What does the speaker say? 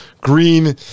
green